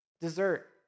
Dessert